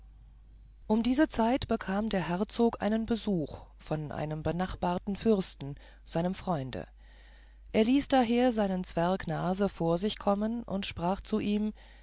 um diese zeit bekam der herzog einen besuch von einem benachbarten fürsten seinem freunde er ließ daher seinen zwerg nase vor sich kommen und sprach zu ihm